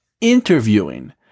interviewing